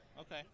okay